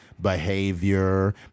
behavior